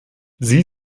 sie